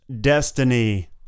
Destiny